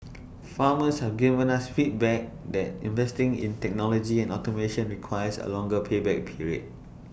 farmers have given us feedback that investing in technology and automation requires A longer pay back period